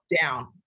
down